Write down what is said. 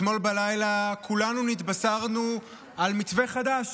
אתמול בלילה כולנו נתבשרנו על מתווה חדש,